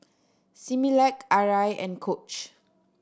Similac Arai and Coach